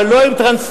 אבל לא עם טרנספר,